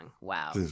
Wow